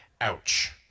Ouch